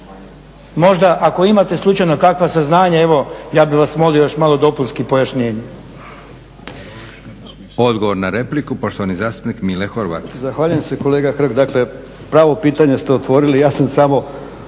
Možda ako imate slučajno kakva saznanja, evo ja bih vas molio još malo dopunskih pojašnjenja. **Leko, Josip (SDP)** Odgovor na repliku, poštovani zastupnik Mile Horvat. **Horvat, Mile (SDSS)** Zahvaljujem se kolega Hrg. Dakle, pravo pitanja ste otvorili. Ja sam samo